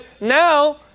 now